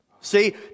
See